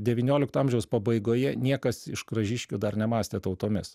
devyniolikto amžiaus pabaigoje niekas iš gražiškių dar nemąstė tautomis